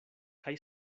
kaj